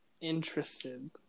interested